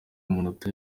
amanota